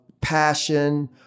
passion